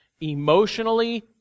Emotionally